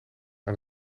aan